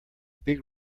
big